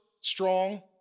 strong